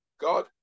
God